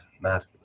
mad